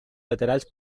laterals